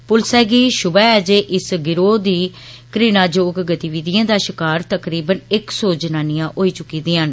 पुलसै गी षुबह ऐ जे इस गिरोह् दी घृणाजोग गतिविधियें दा षिकार तकरीबन इक सौ जनानियां होई चुकी दियां न